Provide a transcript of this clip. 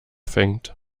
fängt